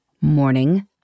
morning